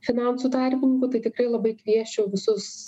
finansų tarpininkų tai tikrai labai kviesčiau visus